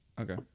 Okay